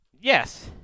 Yes